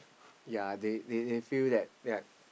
ya they they they feel that that